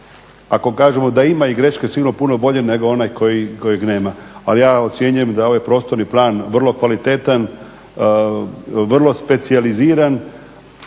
ako kažemo da ima i greške sigurno puno bolji nego onaj kojeg nema. Ali ja ocjenjujem da je ovaj prostorni plan vrlo kvalitetan, vrlo specijaliziran